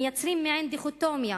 מייצרים מעין דיכוטומיה